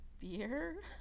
beer